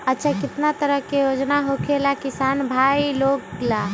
अच्छा कितना तरह के योजना होखेला किसान भाई लोग ला?